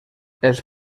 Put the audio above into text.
els